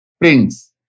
prince